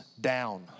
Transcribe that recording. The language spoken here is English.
down